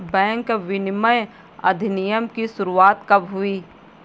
Bank विनियमन अधिनियम की शुरुआत कब हुई?